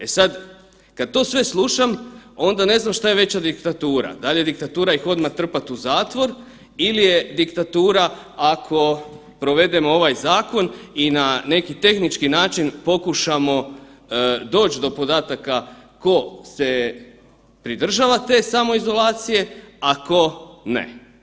E sada kada sve to slušam onda ne znam šta je veća diktatura, dal je diktatura ih odmah trpat u zatvor ili je diktatura ako provedemo ovaj zakon i na neki tehnički način pokušamo doć do podataka tko se pridržava te samoizolacije, a ko ne.